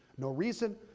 no reason,